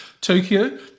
Tokyo